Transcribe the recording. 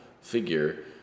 figure